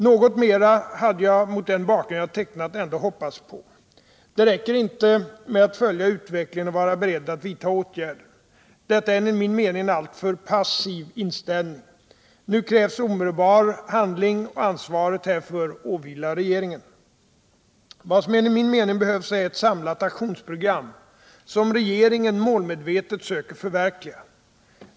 Något mera hade jag mot den bakgrund jag tecknat ändå hoppats på. Det räcker inte med att följa utvecklingen och att vara beredd att vidta åtgärder. Detta är enligt min mening en alltför passiv inställning. Nu krävs omedelbar handling, och ansvaret härför åvilar regeringen. Vad som: enligt min mening behövs är ett samlat aktionsprogram, som regeringen målmedvetet söker förverkliga.